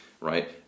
right